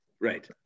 Right